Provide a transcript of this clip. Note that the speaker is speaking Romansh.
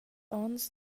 ons